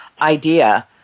idea